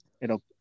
It'll-